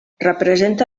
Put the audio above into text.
representa